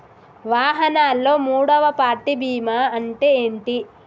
వాహనాల్లో మూడవ పార్టీ బీమా అంటే ఏంటి?